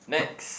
next